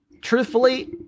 truthfully